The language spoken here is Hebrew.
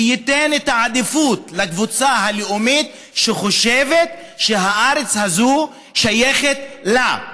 וייתן את העדיפות לקבוצה הלאומית שחושבת שהארץ הזאת שייכת לה.